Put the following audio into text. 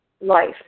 life